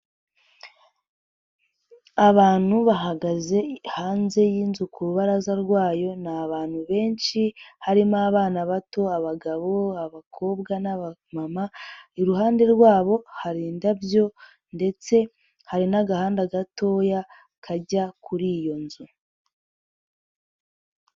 Abantu bahagaze hanze y'inzu ku rubaraza rwayo, ni abantu benshi, harimo abana bato, abagabo, abakobwa n'abamama, iruhande rwabo hari indabyo ndetse hari n'agahanda gatoya, kajya kuri iyo nzu.